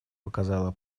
показала